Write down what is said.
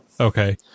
Okay